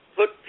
put